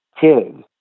kid